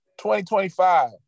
2025